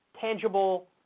tangible